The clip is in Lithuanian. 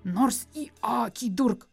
nors į akį durk